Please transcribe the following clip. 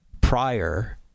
prior